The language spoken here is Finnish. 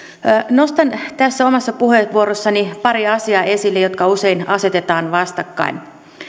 nostan tässä omassa puheenvuorossani esille pari asiaa jotka usein asetetaan vastakkain